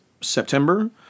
September